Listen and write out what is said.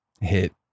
hit